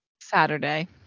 Saturday